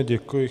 Děkuji.